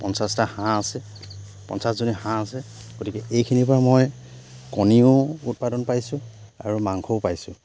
পঞ্চাছটা হাঁহ আছে পঞ্চাছজনী হাঁহ আছে গতিকে এইখিনিৰ পৰা মই কণীও উৎপাদন পাইছোঁ আৰু মাংসও পাইছোঁ